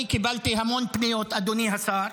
אני קיבלתי המון פניות, אדוני השר,